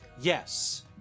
Yes